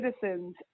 citizens